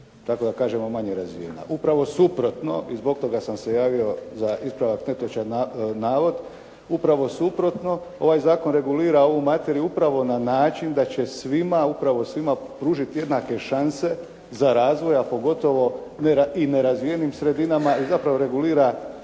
kako da kažemo, manje razvijena. Upravo suprotno. I zbog toga sam se javio za ispravak netočnog navoda. Upravo suprotno. Ovaj zakon regulira ovu materiju upravo na način da će svima upravo svima pružiti jednake šanse za razvoj, a pogotovo i nerazvijenim sredinama i zapravo regulira